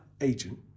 agent